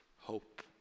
hope